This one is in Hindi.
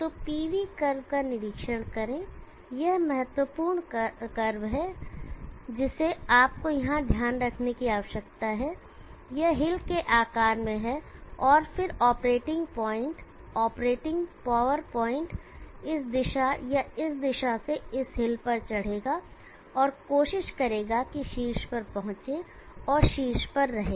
तो PV कर्व का निरीक्षण करें यह महत्वपूर्ण कर्व है जिसे आपको यहां ध्यान रखने की आवश्यकता है यह हिल के आकार में है और फिर operating point operating power point इस दिशा या इस दिशा से इस हिल पर चढ़ेगा और कोशिश करेगा की शीर्ष पर पहुंचें और शीर्ष पर रहें